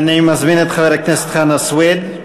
אני מזמין את חבר הכנסת חנא סוייד,